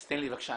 אז תן לי, בבקשה,